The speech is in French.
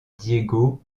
diego